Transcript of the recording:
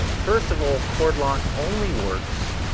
first of all, a cord lock only works